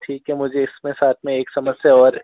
ठीक है मुझे इसमें साथ मे एक समस्या और है